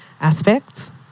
aspects